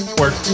work